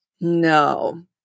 No